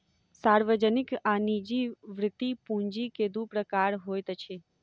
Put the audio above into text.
सार्वजनिक आ निजी वृति पूंजी के दू प्रकार होइत अछि